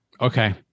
Okay